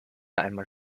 einmal